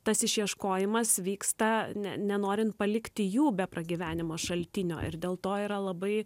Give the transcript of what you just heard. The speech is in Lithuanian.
tas išieškojimas vyksta ne nenorint palikti jų be pragyvenimo šaltinio ir dėl to yra labai